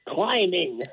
Climbing